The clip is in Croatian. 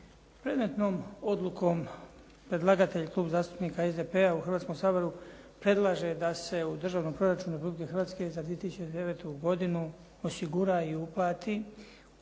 Predmetnom odlukom predlagatelj Klub zastupnika SDP-a u Hrvatskom saboru predlaže da se u Državnom proračunu Republike Hrvatske za 2009. godinu osigura i uplati